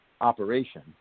operation